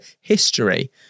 history